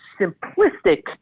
simplistic